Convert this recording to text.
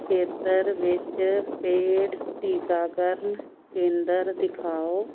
ਖੇਤਰ ਵਿੱਚ ਪੇਡ ਟੀਕਾਕਰਨ ਕੇਂਦਰ ਦਿਖਾਓ